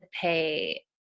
pay